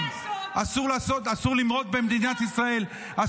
אסור למרוד במדינת ישראל.